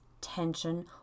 tension